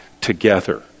together